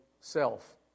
self